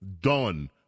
Done